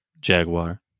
Jaguar